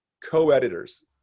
co-editors